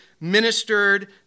ministered